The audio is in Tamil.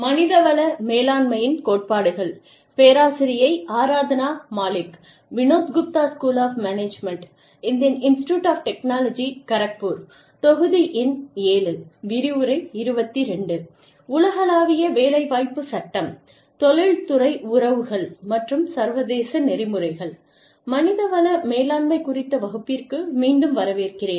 மனித வள மேலாண்மை குறித்த வகுப்பிற்கு மீண்டும் வரவேற்கிறேன்